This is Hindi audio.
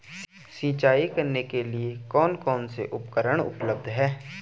सिंचाई करने के लिए कौन कौन से उपकरण उपलब्ध हैं?